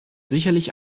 sicherlich